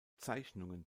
zeichnungen